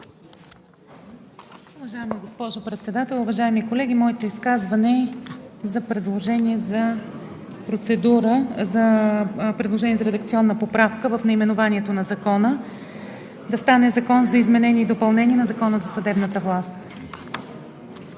Уважаема госпожо Председател, уважаеми колеги! Моето изказване е предложение за редакционна поправка в наименованието на Закона – да стане „Закон за изменение и допълнение на Закона за съдебната власт“.